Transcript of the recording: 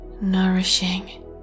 nourishing